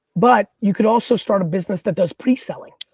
but you could also start a business that does pre-selling.